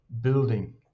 building